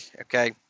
okay